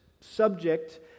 subject